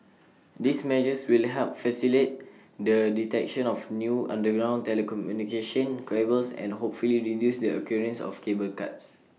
these measures really help facilitate the detection of new underground telecommunication cables and hopefully reduce the occurrence of cable cuts